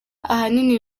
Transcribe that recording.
ahanini